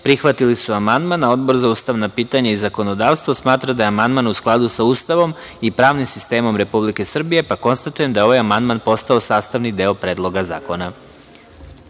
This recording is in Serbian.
prihvatili su amandman. Odbor za ustavna pitanja i zakonodavstvo smatra da je amandman u skladu sa Ustavom i pravnim sistemom Republike Srbije, pa konstatujem da je ovaj amandman postao sastavni deo Predloga zakona. Da